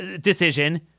decision